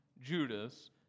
judas